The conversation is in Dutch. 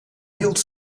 hield